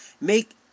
make